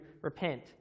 repent